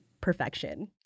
perfection